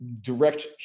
direct